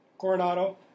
Coronado